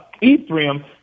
Ephraim